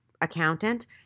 accountant